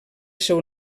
seu